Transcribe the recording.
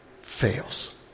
fails